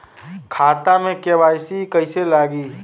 खाता में के.वाइ.सी कइसे लगी?